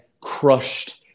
crushed